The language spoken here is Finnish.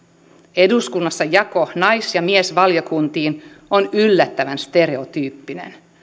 eduskunnassa jako nais ja miesvaliokuntiin on yllättävän stereotyyppinen